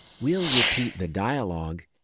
we'll repeat the dialog,